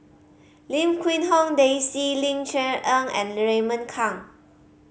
Lim Quee Hong Daisy Ling Cher Eng and Raymond Kang